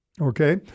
Okay